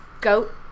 goat